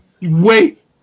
wait